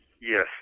Yes